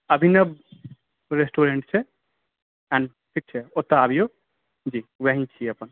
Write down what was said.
अभिनव restaurant छै ठीक छै ओतऽ आबिऔ